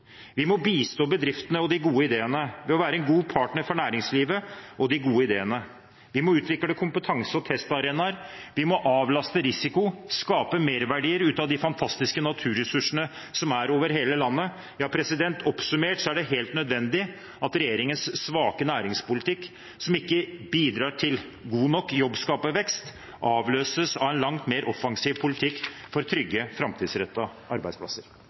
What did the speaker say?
Vi må bistå bedriftene og de gode ideene ved å være en god partner for næringslivet og de gode ideene. Vi må utvikle kompetanse og testarenaer. Vi må avlaste risiko og skape merverdier ut av de fantastiske naturressursene som er over hele landet. Ja, oppsummert er det helt nødvendig at regjeringens svake næringspolitikk, som ikke bidrar til god nok jobbskapervekst, avløses av en langt mer offensiv politikk for trygge, framtidsrettede arbeidsplasser.